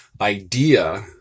idea